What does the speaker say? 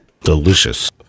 Delicious